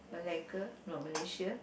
malacca no Malaysia